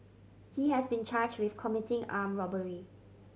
he has been charged with committing armed robbery